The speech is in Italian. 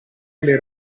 alle